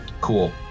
cool